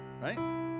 Right